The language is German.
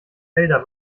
wälder